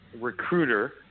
recruiter